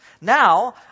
Now